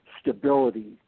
stability